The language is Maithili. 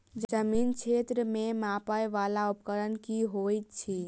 जमीन क्षेत्र केँ मापय वला उपकरण की होइत अछि?